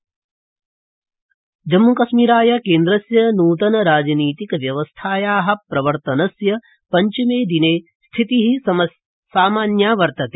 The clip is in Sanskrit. जम्मुकश्मीरस्थिति जम्मूकश्मीराय केन्द्रस्य नूतनराजनीतिक व्यवस्थाया प्रवर्तनस्य पंचमे दिने स्थिति समस्या वर्तते